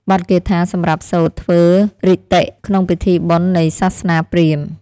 បទគាថាសម្រាប់សូត្រធ្វើរីតិ៍ ក្នុងពិធីបុណ្យនៃសាសនាព្រាហ្មណ៍។